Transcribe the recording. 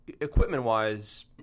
equipment-wise